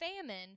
famine